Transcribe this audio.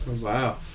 Wow